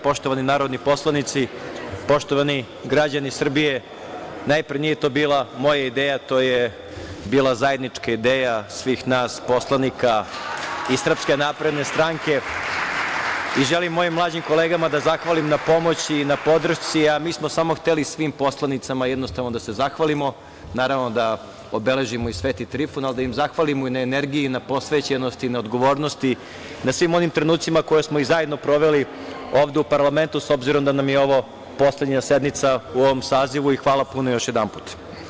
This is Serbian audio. Poštovani narodni poslanici, poštovani građani Srbije, najpre, nije to bila moja ideja, to je bila zajednička ideja svih nas poslanika iz SNS i želim mojim mlađim kolegama da zahvalim na pomoći i podršci, a mi smo samo hteli svim poslanicama jednostavno da se zahvalimo, naravno da obeležimo i Sveti Trifun, ali i da im zahvalimo i na energiji i na posvećenosti i na odgovornosti, na svim onim trenucima koje smo i zajedno proveli ovde u parlamentu, s obzirom da nam je ovo poslednja sednica u ovom sazivu i hvala puno još jedanput.